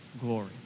glory